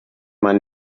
man